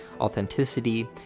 authenticity